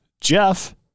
Jeff